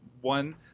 one